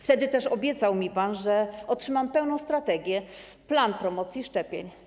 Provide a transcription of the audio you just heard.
Wtedy też obiecał mi pan, że otrzymam pełną strategię, plan promocji szczepień.